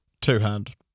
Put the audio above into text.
two-hand